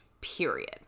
period